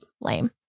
Lame